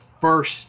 first